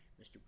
Mr